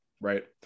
right